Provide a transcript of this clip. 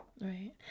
Right